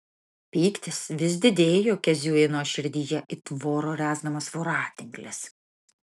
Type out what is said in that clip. pyktis vis didėjo kezių ino širdyje it voro rezgamas voratinklis